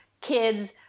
kids